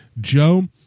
Joe